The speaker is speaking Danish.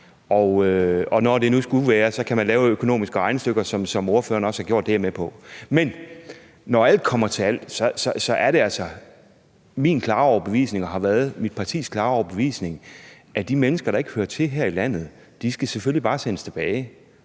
når det nu skal være, som ordføreren også har gjort, og det er jeg med på, men når alt kommer til alt, er det altså min klare overbevisning, og det har været mit partis klare overbevisning, at de mennesker, der ikke hører til her i landet, selvfølgelig og uden tvivl bare